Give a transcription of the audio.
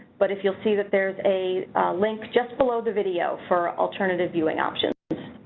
but if you'll see that there's a link just below the video for alternative viewing options.